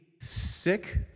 sick